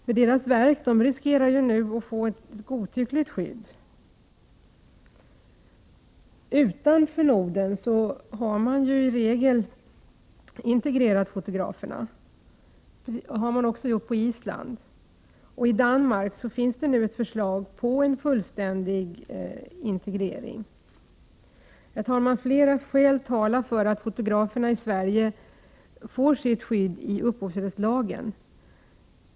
Deras verk riskerar nu att få ett godtyckligt skydd. Utanför Norden är fotograferna i regel integrerade. Det är de även på Island. I Danmark finns ett förslag till en fullständig integrering. Herr talman! Flera skäl talar för att fotograferna i Sverige får sitt skydd i upphovsrättslagen.